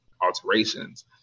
alterations